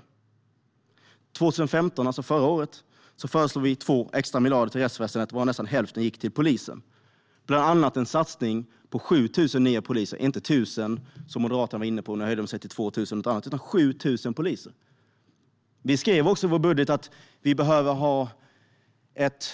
År 2015, alltså förra året, föreslog vi 2 miljarder extra till rättsväsendet, varav nästan hälften gick till polisen, bland annat i form av en satsning på 7 000 nya poliser - inte 1 000, som Moderaterna var inne på, även om de nu höjde till 2 000. Vi skrev också i vår budget att vi behöver ha ett